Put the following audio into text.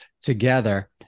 together